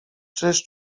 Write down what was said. czyż